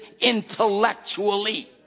intellectually